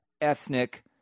ethnic